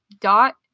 dot